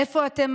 איפה אתם,